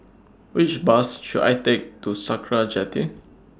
Which Bus should I Take to Sakra Jetty